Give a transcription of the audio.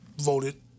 voted